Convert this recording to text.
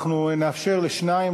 אנחנו נאפשר לשניים,